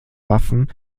waffen